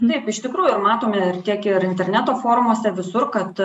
taip iš tikrųjų matome ir tiek ir interneto forumuose visur kad